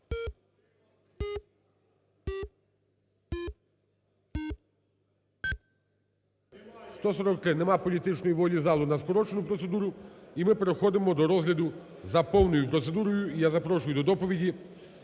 За-143 Нема політичної волі залу на скорочену процедуру, і ми переходимо до розгляду за повною процедурою. І я запрошу до доповіді